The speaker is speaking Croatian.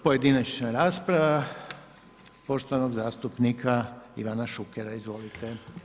Pojedinačna rasprava poštovanog zastupnika Ivana Šukera, izvolite.